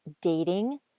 dating